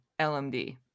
LMD